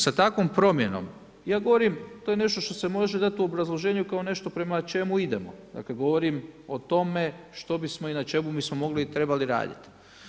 Sa takvom promjenom, ja govorim to je nešto što se može u obrazloženju kao nešto prema čemu idemo, dakle govorim o tome što bismo i na čemu bismo mogli i trebali raditi.